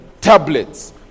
tablets